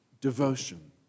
devotion